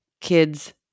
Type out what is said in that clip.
Kids